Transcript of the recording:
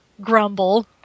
Grumble